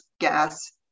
gas